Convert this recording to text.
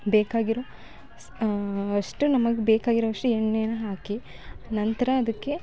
ಬೇಕಾಗಿರೋ ಸ್ ಅಷ್ಟೂ ನಮಗೆ ಬೇಕಾಗಿರೋ ಅಷ್ಟು ಎಣ್ಣೆನ ಹಾಕಿ ನಂತರ ಅದಕ್ಕೆ